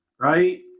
right